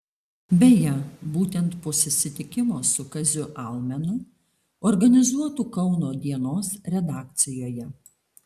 beje būtent po susitikimo su kaziu almenu organizuotu kauno dienos redakcijoje